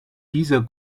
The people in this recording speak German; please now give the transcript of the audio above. dieser